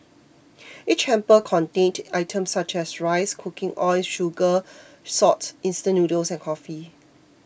each hamper contained items such as rice cooking oil sugar salt instant noodles and coffee